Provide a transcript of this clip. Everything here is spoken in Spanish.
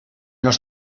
los